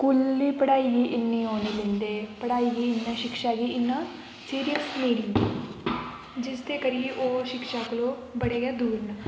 स्कूली पढ़ाई इ'न्नी ओह् निं दिंदे पढ़ाई गी इ'न्ना शिक्षा गी इ'न्ना सीरियस निं लैंदे जिसदे करियै ओह् शिक्षा कोला बड़े गै दूर न